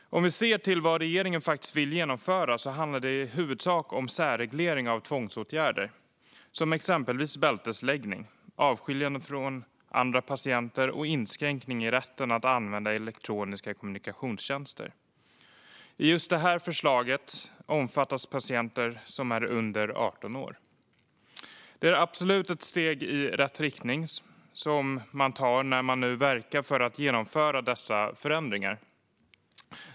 Om vi ser till vad regeringen faktiskt vill genomföra handlar det i huvudsak om särreglering av tvångsåtgärder, exempelvis bältesläggning, avskiljande från andra patienter och inskränkning i rätten att använda elektroniska kommunikationstjänster. I just det här förslaget omfattas patienter som är under 18 år. Det är absolut ett steg i rätt riktning som man tar när man nu verkar för att genomföra dessa förändringar.